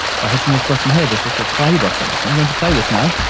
by hitting this button here, this little play button. so i'm going to play this now.